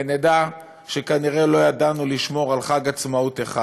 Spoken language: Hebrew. ונדע שכנראה לא ידענו לשמור על חג עצמאות אחד,